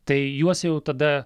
tai juos jau tada